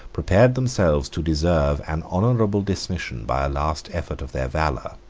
prepared themselves to deserve an honorable dismission by a last effort of their valor.